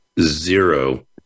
zero